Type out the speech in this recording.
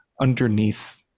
underneath